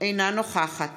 אינה נוכחת